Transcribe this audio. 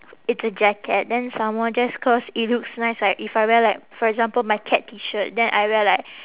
it's a jacket then some more just cause it looks nice like if I wear like for example my cat T shirt then I wear like